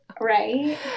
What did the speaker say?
Right